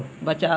बचाओ